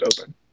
open